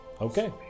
Okay